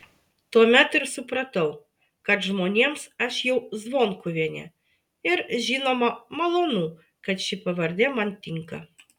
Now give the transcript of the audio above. tuomet ir supratau kad žmonėms aš jau zvonkuvienė ir žinoma malonu kad ši pavardė man tinka